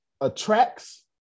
attracts